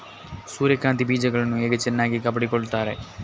ಸೂರ್ಯಕಾಂತಿ ಬೀಜಗಳನ್ನು ಹೇಗೆ ಚೆನ್ನಾಗಿ ಕಾಪಾಡಿಕೊಳ್ತಾರೆ?